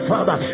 Father